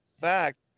fact